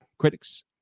critics